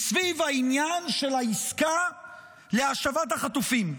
היא סביב העניין של העסקה להשבת החטופים.